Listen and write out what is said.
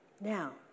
Now